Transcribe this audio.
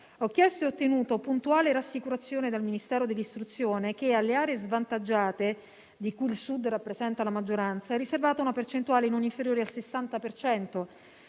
ho chiesto e ottenuto puntuale rassicurazione dal Ministero dell'istruzione che, alle aree svantaggiate di cui il Sud rappresenta la maggioranza, è stata destinata una percentuale non inferiore al 60